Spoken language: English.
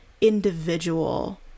individual